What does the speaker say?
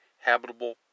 habitable